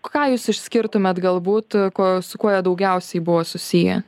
ką jūs išskirtumėt galbūt kuo su kuo jie daugiausiai buvo susiję